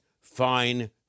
fine